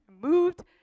moved